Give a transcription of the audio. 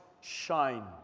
shine